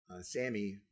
Sammy